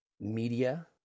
media